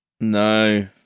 No